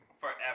Forever